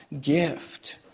gift